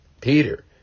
Peter